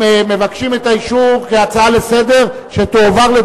מבקשים את האישור להצעה לסדר-היום